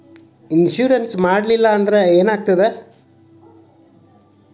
Insurance ಮಾಡಲಿಲ್ಲ ಅಂದ್ರೆ ಏನಾಗುತ್ತದೆ?